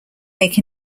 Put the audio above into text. make